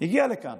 הגיעו לכאן